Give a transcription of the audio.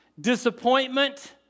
disappointment